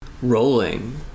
Rolling